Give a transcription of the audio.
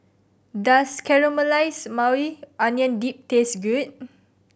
does Caramelized Maui Onion Dip taste good